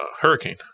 hurricane